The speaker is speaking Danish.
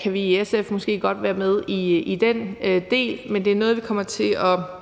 kan vi i SF måske godt være med i den del, men det er noget, vi kommer til at